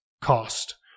cost